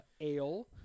Ale